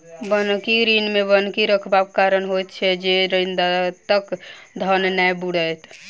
बन्हकी ऋण मे बन्हकी रखबाक कारण होइत छै जे ऋणदाताक धन नै बूड़य